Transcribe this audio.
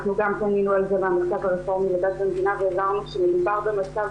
אנחנו גם פנינו על זה במרכז הרפורמי לדת ומדינה והבהרה שמדובר במצב